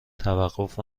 توقف